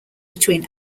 between